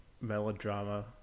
melodrama